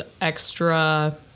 extra